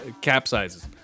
capsizes